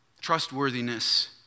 Trustworthiness